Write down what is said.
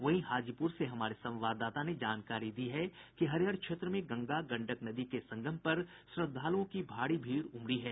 वहीं हाजीपुर से हमारे संवाददाता ने जानकारी दी है कि हरिहर क्षेत्र में गंगा गंडक नदी के संगम पर श्रद्वालुओं की भारी भीड़ उमड़ी है